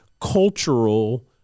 cultural